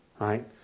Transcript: right